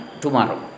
tomorrow